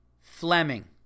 Fleming